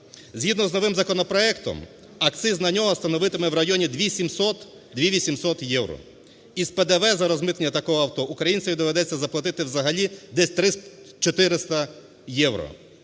Згідно з новим законопроектом акциз на нього становитиме в районі 2700, 2800 євро. Із ПДВ розмитнення такого авто українцеві доведеться заплатити взагалі десь 3400 євро.